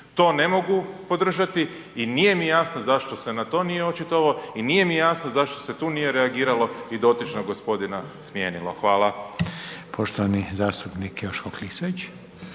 To ne mogu podržati i nije mi jasno zašto se na to nije očitovao i nije mi jasno zašto se tu nije reagiralo i dotičnog gospodina smijenilo. Hvala. **Reiner, Željko (HDZ)** Poštovani zastupnik Joško Klisović.